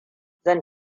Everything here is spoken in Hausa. zan